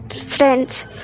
friends